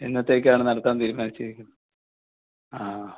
എന്നത്തേക്കാണ് നടത്താൻ തീരുമാനിച്ചിരിക്കുന്നത് ആ